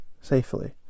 safely